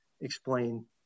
Explain